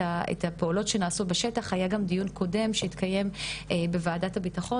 הפעולות שנעשו בשטח והיה גם דיון קודם שהתקיים בוועדת הביטחון